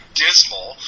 dismal